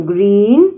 Green